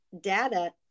data